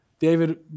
David